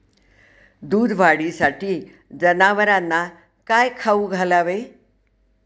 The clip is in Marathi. दूध वाढीसाठी जनावरांना काय खाऊ घालावे?